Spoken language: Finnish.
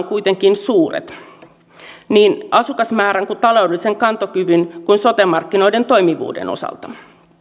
kuitenkin suuret niin asukasmäärän taloudellisen kantokyvyn kuin sote markkinoiden toimivuuden osalta